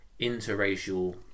interracial